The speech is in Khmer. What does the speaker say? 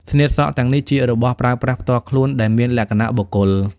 ស្នៀតសក់ទាំងនេះជារបស់ប្រើប្រាស់ផ្ទាល់ខ្លួនដែលមានលក្ខណៈបុគ្គល។